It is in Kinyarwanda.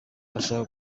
barashaka